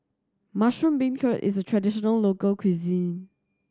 mushroom beancurd is a traditional local cuisine